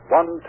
one